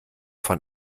von